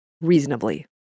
reasonably